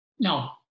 No